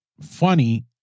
funny